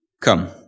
Come